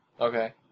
Okay